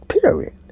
period